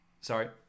Sorry